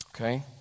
Okay